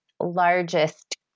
largest